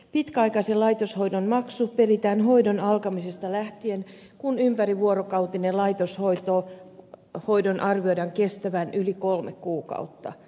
pitkäaikaisen laitoshoidon maksu peritään hoidon alkamisesta lähtien kun ympärivuorokautisen laitoshoidon arvioidaan kestävän yli kolme kuukautta